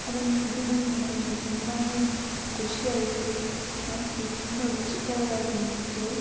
ಅದನ್ನು ತಿಂದ ಮೇಲೆ ನನಗೆ ತುಂಬಾ ಖುಷಿಯಾಯ್ತು ಮತ್ತು ತುಂಬ ರುಚಿಕರವಾಗೆನ್ನಿಸಿತು